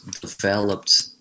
developed